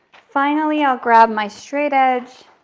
finally, i'll grab my straight edge